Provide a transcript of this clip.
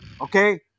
Okay